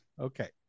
Okay